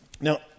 now